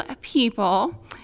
people